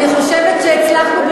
אני חושבת שהצלחנו,